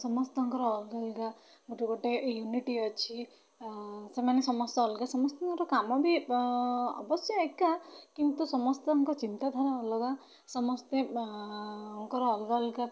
ସମସ୍ତଙ୍କର ଅଲଗା ଅଲଗା ଗୋଟେ ଗୋଟେ ୟୁନିଟି ଅଛି ସେମାନେ ସମସ୍ତେ ଅଲଗା ସମସ୍ତଙ୍କର କାମ ବି ଅବଶ୍ୟ ଏକା କିନ୍ତୁ ସମସ୍ତଙ୍କ ଚିନ୍ତାଧାରା ଅଲଗା ସମସ୍ତେ ଙ୍କର ଅଲଗା ଅଲଗା